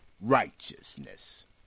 righteousness